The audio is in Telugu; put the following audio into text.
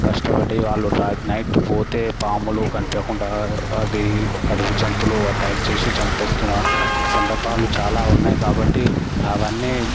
కష్టపడి వాళ్ళు నైట్ పోతే పాములు కంటే కూడా అవి అడవి జంతువులు అటాక్ చేసి చంపేస్తున్న సందర్భాలు చాలా ఉన్నాయి కాబట్టి అవన్నీ